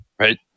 right